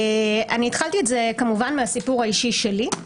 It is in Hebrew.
התחלתי את זה כמובן מהסיפור האישי שלי.